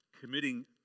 committing